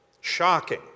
Shocking